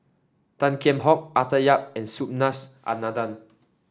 Tan Kheam Hock Arthur Yap and Subhas Anandan